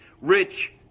Rich